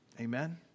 Amen